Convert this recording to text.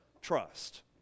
trust